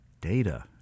data